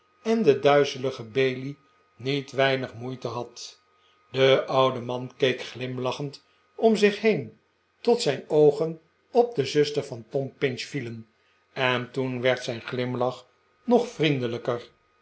en den duizeligen bailey niet weinig moeite had de oude man keek glimlachend om zich heen tot zijn oogen op de zuster van tom pinch vielen en toen werd zijn glimlach nog vriendelijker